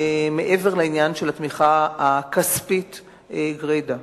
מעבר לעניין של התמיכה הכספית גרידא.